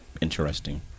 interesting